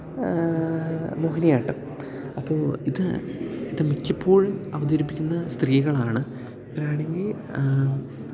മോഹിനിയാട്ടം അപ്പോൾ ഇത് ഇത് മിക്കപ്പോഴും അവതരിപ്പിക്കുന്നത് സ്ത്രീകളാണ് അവരാണെങ്കിൽ